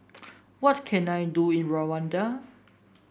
what can I do in Rwanda